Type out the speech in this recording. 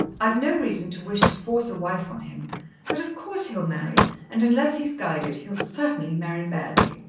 i've no reason to wish to force a wife on him but of course he'll marry, and unless he's guided, he'll certainly marry badly.